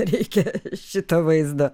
reikia šito vaizdo